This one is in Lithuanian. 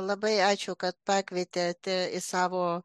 labai ačiū kad pakvietėte į savo